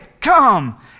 come